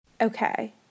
Okay